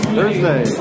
Thursday